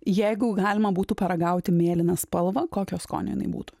jeigu galima būtų paragauti mėlyną spalvą kokio skonio jinai būtų